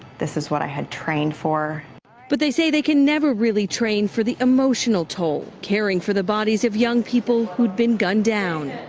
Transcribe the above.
this was what i had trained for. reporter but they say they can never really train for the emotional toll. caring for the bodies of young people who had been gunned down.